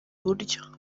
buryo